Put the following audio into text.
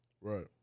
Right